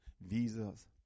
visas